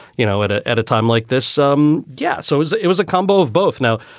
you know, at a at a time like this, some. yeah. so it was a combo of both. now,